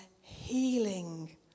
healing